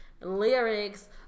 lyrics